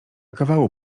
kawału